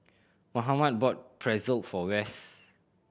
Mohamed bought Pretzel for Wess